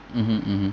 mmhmm mmhmm